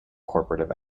corporate